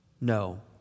no